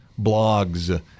blogs